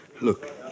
Look